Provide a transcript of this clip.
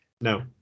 No